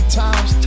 times